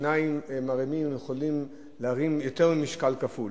כששניים מרימים הם יכולים להרים יותר ממשקל כפול,